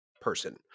person